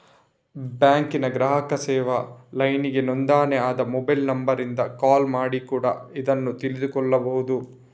ಬ್ಯಾಂಕಿನ ಗ್ರಾಹಕ ಸೇವಾ ಲೈನ್ಗೆ ನೋಂದಣಿ ಆದ ಮೊಬೈಲ್ ನಂಬರಿಂದ ಕಾಲ್ ಮಾಡಿ ಕೂಡಾ ಇದ್ನ ತಿಳ್ಕೋಬಹುದು